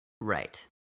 Right